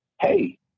hey